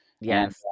yes